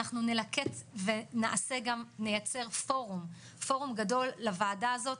אנחנו נלקט ונייצר פורום גדול לוועדה הזאת,